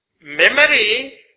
memory